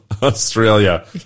Australia